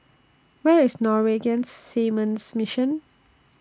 Where IS Norwegian Seamen's Mission